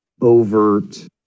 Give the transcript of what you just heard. overt